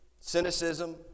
cynicism